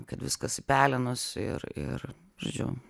kad viskas į pelenus ir ir žodžiu